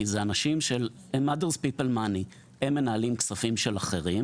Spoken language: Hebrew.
כי אלה אנשים שעם Other People's Money ; הם מנהלים כספים של אחרים.